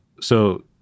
So-